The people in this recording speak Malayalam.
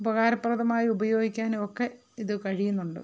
ഉപകാരപ്രദമായി ഉപയോഗിക്കാനുമൊക്കെ ഇത് കഴിയുന്നുണ്ട്